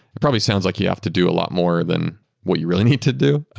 it probably sounds like you have to do a lot more than what you really need to do.